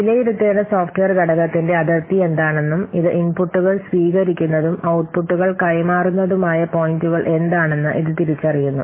വിലയിരുത്തേണ്ട software ഘടകത്തിന്റെ അതിർത്തി എന്താണെന്നും ഇത് ഇൻപുട്ടുകൾ സ്വീകരിക്കുന്നതും ഔട്ട്പുട്ടുകൾ കൈമാറുന്നതുമായ പോയിന്റുകൾ എന്താണെന്ന് ഇത് തിരിച്ചറിയുന്നു